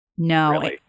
no